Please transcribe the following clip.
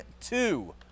two